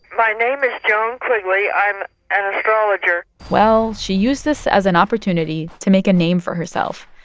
my name is joan quigley. i'm an astrologer well, she used this as an opportunity to make a name for herself.